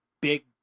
big